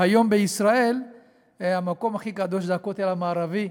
והיום בישראל המקום הכי קדוש זה הכותל המערבי.